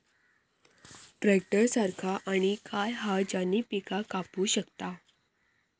Tractor सारखा आणि काय हा ज्याने पीका कापू शकताव?